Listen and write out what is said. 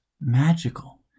magical